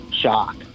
shock